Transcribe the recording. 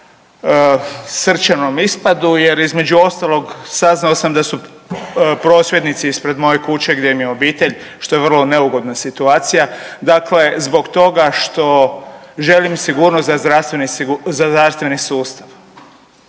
srčanom ispadu jer, između ostalog, saznao sam da su prosvjednici ispred moje kuće, gdje mi je obitelj, što je vrlo neugodna situacija, dakle, zbog toga što želim sigurnost za zdravstveni sustav.